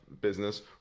business